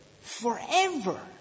Forever